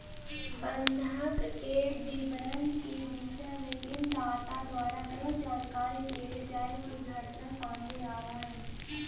बंधक के विवरण के विषय में ऋण दाता द्वारा गलत जानकारी देवे जाए के घटना सामने आवऽ हइ